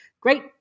Great